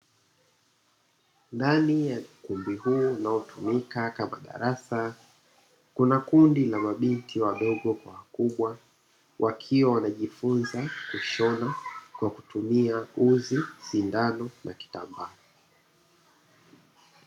Ndani ya ukumbi huu unaotumika kama darasa kuna kundi la mabinti wadogo kwa wakubwa wakiwa wanajifunza kushona kwa kutumia: uzi, sindano na kitambaa.